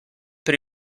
per